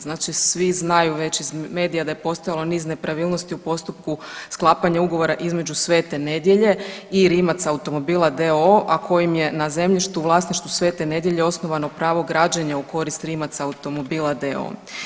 Znači svi znaju već iz medija da je postojalo niz nepravilnosti u postupku sklapanja ugovora između Svete Nedelje i Rimac automobila d.o.o., a kojim je na zemljištu u vlasništvu Svete Nedelje osnovano pravo građenja u korist Rimac automobila d.o.o.